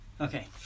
Okay